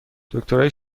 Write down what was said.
دکترای